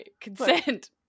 consent